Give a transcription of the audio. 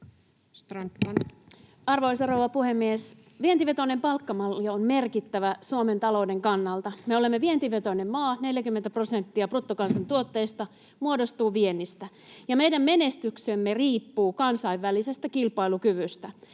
Arvoisa rouva puhemies! Vientivetoinen palkkamalli on merkittävä Suomen talouden kannalta. Me olemme vientivetoinen maa: 40 prosenttia bruttokansantuotteesta muodostuu viennistä. Meidän menestyksemme riippuu kansainvälisestä kilpailukyvystä.